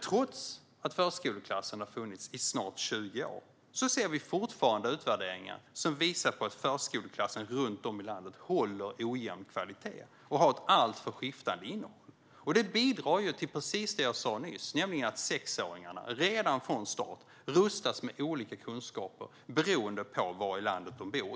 Trots att förskoleklassen har funnits i snart 20 år ser vi fortfarande utvärderingar som visar att förskoleklassen runt om landet håller ojämn kvalitet och har ett alltför skiftande innehåll. Det bidrar ju till precis det som jag nämnde nyss, nämligen att sexåringarna redan från start rustas med olika kunskaper beroende på var i landet de bor.